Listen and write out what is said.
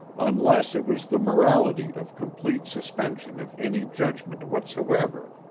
unless it was the morality of complete suspension of any judgment whatsoever,